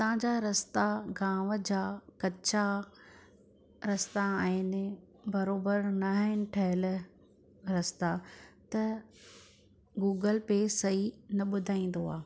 उतां जा रस्ता गांव जा कचा रस्ता आहिनि बराबरि न आहिनि ठहियलु रस्ता त गूगल पे न सही न ॿुधाईंदो आहे